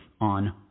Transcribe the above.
on